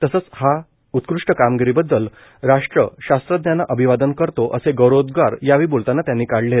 तसचं या उत्कृष्ट कामगिरीबद्दल राष्ट्र शास्त्रज्ञांना अभिवादन करतो असे गौरोव्द्गार यावेळी बोलतांना काढलेत